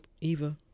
Eva